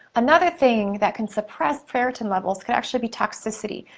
another thing that can suppress ferritin levels could actually be toxicity.